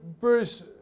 Bruce